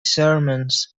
sermons